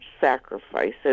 sacrifices